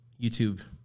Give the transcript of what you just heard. YouTube